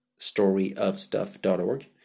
storyofstuff.org